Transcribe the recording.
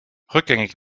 rückgängig